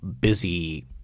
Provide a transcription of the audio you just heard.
busy